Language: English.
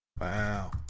Wow